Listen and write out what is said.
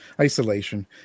isolation